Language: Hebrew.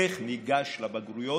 איך ניגש לבגרויות.